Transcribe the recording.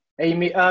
Amy